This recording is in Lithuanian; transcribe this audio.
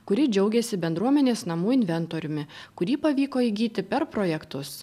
kuri džiaugėsi bendruomenės namų inventoriumi kurį pavyko įgyti per projektus